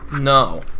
No